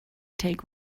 take